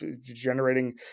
generating